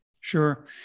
Sure